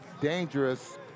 dangerous